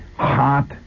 hot